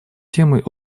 темой